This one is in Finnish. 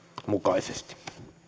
mukaisesti